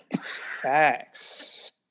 Facts